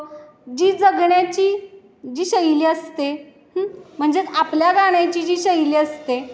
जी जगण्याची जी शैली असते म्हणजेच आपल्या गाण्याची जी शैली असते